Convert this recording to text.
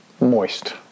moist